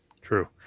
True